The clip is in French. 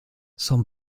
son